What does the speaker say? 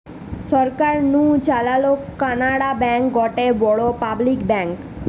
সরকার নু চালানো কানাড়া ব্যাঙ্ক গটে বড় পাবলিক ব্যাঙ্ক